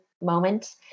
moment